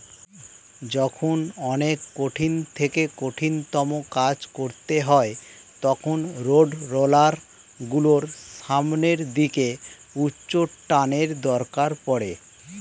যখন অনেক কঠিন থেকে কঠিনতম কাজ করতে হয় তখন রোডরোলার গুলোর সামনের দিকে উচ্চটানের দরকার পড়ে